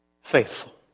faithful